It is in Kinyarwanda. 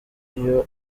iyo